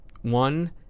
One